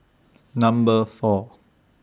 Number four